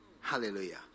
Hallelujah